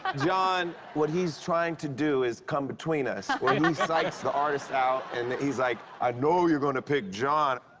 ah john, what he's trying to do is come between us. he and and psychs the artist out, and he's like, i know you're gonna pick john.